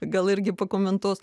gal irgi pakomentuos